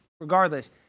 regardless